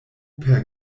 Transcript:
per